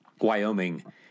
Wyoming